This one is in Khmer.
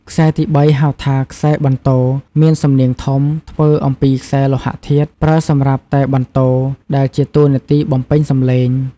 ខ្សែទីបី ហៅថា ខ្សែបន្ទរ មានសំនៀងធំ ធ្វើអំពីខ្សែលោហធាតុ ប្រើសម្រាប់តែបន្ទរ ដែលជាតួនាទីបំពេញសំឡេង។